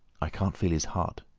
i can't feel his heart.